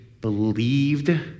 believed